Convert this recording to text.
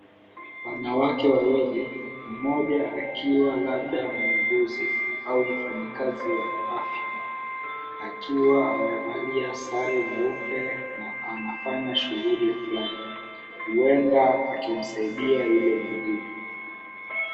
Wanawake wawili, mmoja akiwa labda muuguzi au mfanyikazi wa afya akiwa amevalia sare nyeupe na anafanya shughuli fulani huenda akimsaidia yule mwingine.